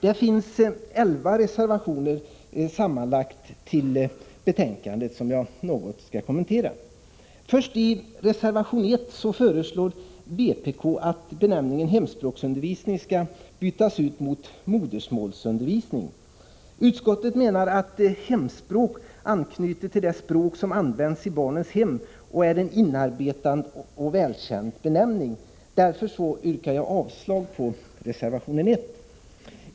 Det finns totalt elva reservationer vid detta betänkande, vilka jag skall kommentera något. I reservation nr 1 föreslår vpk att benämningen hemspråksundervisning byts ut mot benämningen modersmålsundervisning. Utskottet menar att ”hemspråk” anknyter till det språk som används i barnets hem och att det är en inarbetad och välkänd benämning. Därför yrkar jag avslag på reservation nr 1.